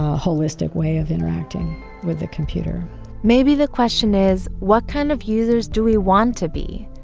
holistic way of interacting with the computer maybe the question is, what kind of users do we want to be?